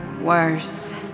Worse